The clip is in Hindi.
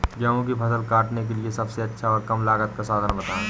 गेहूँ की फसल काटने के लिए सबसे अच्छा और कम लागत का साधन बताएं?